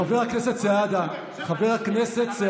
תמשיך בבקשה, חבר הכנסת אלקין.